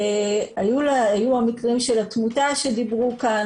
היו המקרים של התמותה שדיברו עליהם כאן,